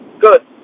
good